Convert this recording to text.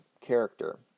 character